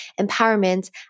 empowerment